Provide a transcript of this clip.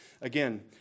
Again